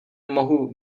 mohu